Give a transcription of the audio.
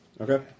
Okay